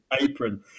apron